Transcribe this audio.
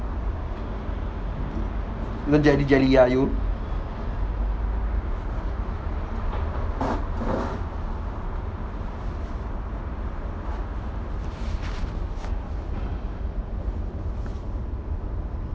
don't jelly jelly ah you